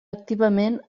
activament